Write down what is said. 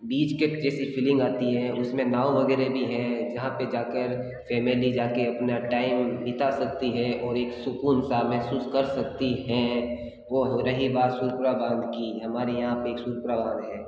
बीच के जैसी फीलिंग आती है उस में नाव वग़ैरह भी हैं जा कर फैमिली जा कर अपना टाइम बिता सकती है और एक सुकून सा महसूस कर सकती है वो रही बात सुरपुरा बांध कि हमारे यहाँ पर एक सुरपुरा बांध है